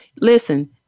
listen